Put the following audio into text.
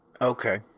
Okay